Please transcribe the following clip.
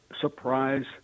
surprise